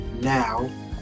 now